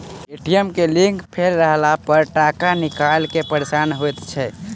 ATM के link fail रहलापर टाका निकालै मे परेशानी होइत छै